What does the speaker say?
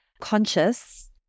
conscious